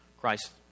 Christ